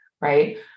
right